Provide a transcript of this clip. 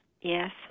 Yes